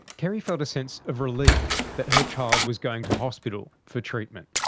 kerrie felt a sense of relief that her child was going to hospital for treatment.